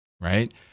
right